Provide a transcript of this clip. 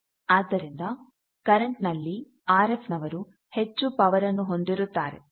ಆದ್ದರಿಂದ ಕರೆಂಟ್ನಲ್ಲಿ ಆರ್ ಎಫ್ನವರು ಹೆಚ್ಚು ಪವರ್ ಅನ್ನು ಹೊಂದಿರುತ್ತಾರೆ